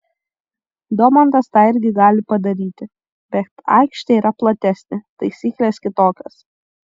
domantas tą irgi gali padaryti bet aikštė yra platesnė taisyklės kitokios